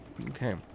Okay